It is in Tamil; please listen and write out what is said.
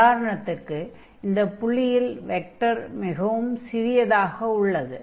உதாரணத்திற்கு இந்தப் புள்ளியில் வெக்டர் மிகவும் சிறியதாக உள்ளது